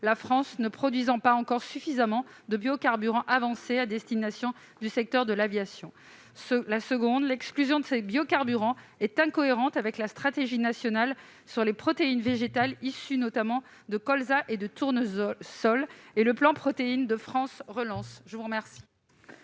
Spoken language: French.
la France ne produisant pas encore suffisamment de biocarburants avancés à destination du secteur de l'aviation. D'autre part, l'exclusion de ces biocarburants est incohérente avec la stratégie nationale sur les protéines végétales issues notamment de colza et de tournesol et le plan Protéines de France Relance. Quel